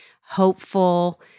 hopeful